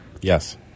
Yes